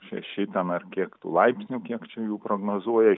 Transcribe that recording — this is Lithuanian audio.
šeši ten ar kiek tų laipsnių kiek čia jų prognozuoja